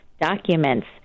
documents